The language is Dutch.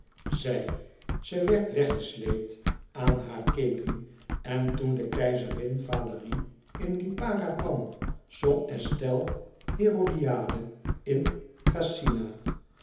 zij ze werd weggesleept aan haar keten en toen de keizerin valérie in lipara kwam zong estelle herodiade in